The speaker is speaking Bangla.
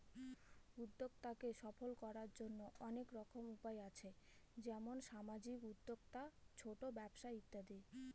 উদ্যক্তাকে সফল করার জন্য অনেক রকম উপায় আছে যেমন সামাজিক উদ্যোক্তা, ছোট ব্যবসা ইত্যাদি